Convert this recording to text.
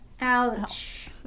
Ouch